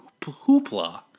Hoopla